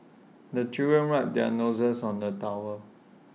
the children wipe their noses on the towel